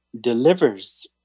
delivers